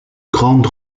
grande